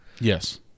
Yes